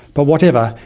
but whatever,